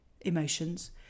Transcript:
emotions